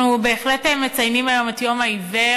אנחנו בהחלט מציינים היום את יום העיוור,